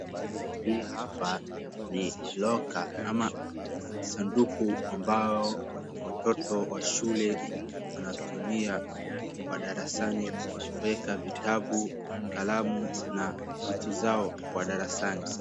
Hii hapa ni locker ama sanduku ambao watoto wa shule wanatumia kwa darasani kueka vitabu, kalamu, na vitu zao kwa darasani.